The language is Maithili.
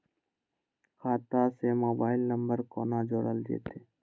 खाता से मोबाइल नंबर कोना जोरल जेते?